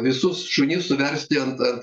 visus šunis suversti ant ant